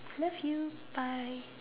love you bye